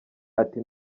ati